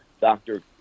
doctor